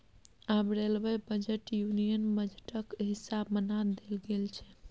आब railway budget union बजटक हिस्सा बना देल गेल छै